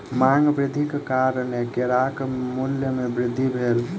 मांग वृद्धिक कारणेँ केराक मूल्य में वृद्धि भेल